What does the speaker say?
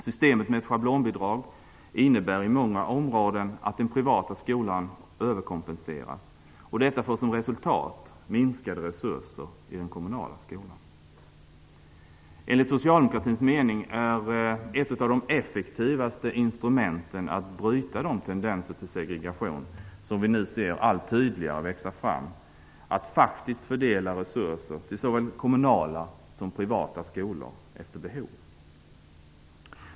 Systemet med ett schablonbidrag innebär i många områden att den privata skolan överkompenseras. Detta får som resultat minskade resurser i den kommunala skolan. Enligt socialdemokratins mening är ett av de effektivaste instrumenten att bryta de tendenser till segregation som vi nu allt tydligare ser växa fram att faktiskt fördela resurser till såväl kommunala som privata skolor efter behov.